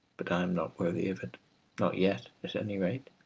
but i am not worthy of it not yet, at any rate.